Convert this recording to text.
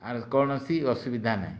ଆର୍ କୌଣସି ଅସୁବିଧା ନାଇଁ